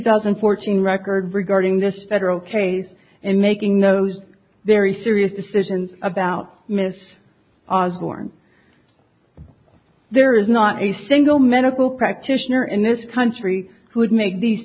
thousand and fourteen record regarding this federal case and making those very serious decisions about miss osborne there is not a single medical practitioner in this country who would make these